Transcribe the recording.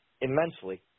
immensely